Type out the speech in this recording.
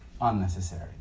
unnecessary